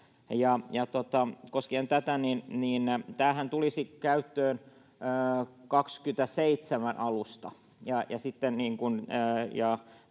Koskien tätä: tämähän tulisi käyttöön vuoden 27 alusta,